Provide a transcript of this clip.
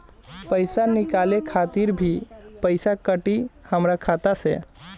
पईसा निकाले खातिर भी पईसा कटी हमरा खाता से?